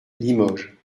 limoges